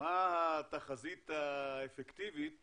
מה התחזית האפקטיבית